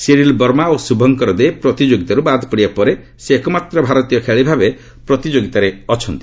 Cyril Verma ଓ ଶୁଭଙ୍କର ଦେ ପ୍ରତିଯୋଗିତାରୁ ବାଦ୍ ପଡ଼ିବା ପରେ ସେ ଏକମାତ୍ର ଭାରତୀୟ ଖେଳାଳି ଭାବେ ପ୍ରତିଯୋଗିତାରେ ଅଛନ୍ତି